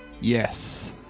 Yes